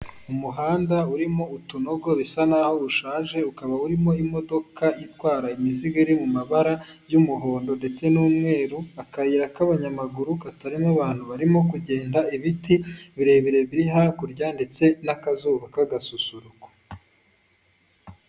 Umuhanda urimo utunogo bisa naho ushaje, ukaba urimo imodoka itwara imizigo iri mu mabara y'umuhondo ndetse n'umweru, akayira k'abanyamaguru katarimo abantu barimo kugenda, ibiti birebire biri hakurya ndetse n'akazuba k'agasusuruko.